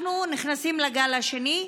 אנחנו נכנסים לגל השני.